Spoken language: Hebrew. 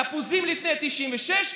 תפוזים לפני 1996,